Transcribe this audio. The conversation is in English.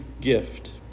gift